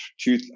two